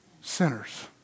Sinners